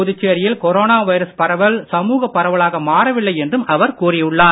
புதுச்சேரியில் corona virus பரவல் சமூக பரவலாக மாறவில்லை என்றும் அவர் கூறி உள்ளார்